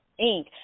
Inc